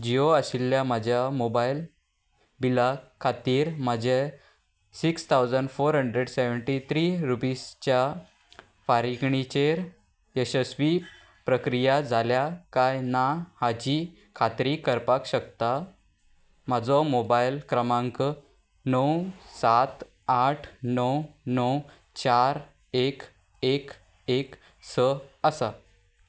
जियो आशिल्ल्या म्हज्या मोबायल बिला खातीर म्हजें six thousand four hundred seventy three रुपीजच्या फारीकणेचेर यशस्वी प्रक्रिया जाल्या काय ना हाची खात्री करपाक शकता म्हाजो मोबायल क्रमांक णव सात आठ णव णव चार एक एक एक स आसा